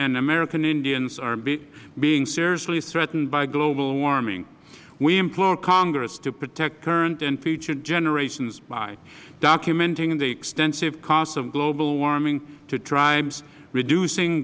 and american indians are being seriously threatened by global warming we implore congress to protect current and future generations by documenting the extensive costs of global warming to tribes reducing